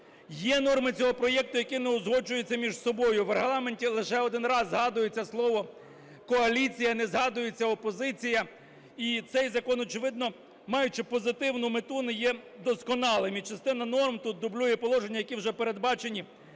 Є норми цього проекту, які не узгоджуються між собою. В Регламенті лише один раз згадується слово "коаліція", не згадується "опозиція". І цей закон, очевидно, маючи позитивну мету, не є досконалим. І частина норм тут дублює положення, які вже передбачені